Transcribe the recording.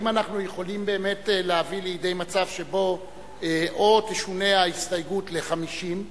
האם אנחנו יכולים באמת להביא לידי מצב שבו או תשונה ההסתייגות ל-50,